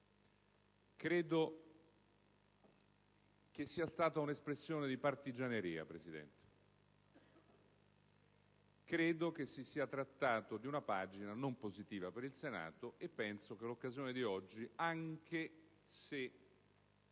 Credo sia stata un'espressione di partigianeria, signor Presidente. Credo che si sia trattato di una pagina non positiva per il Senato e penso che l'occasione odierna, anche se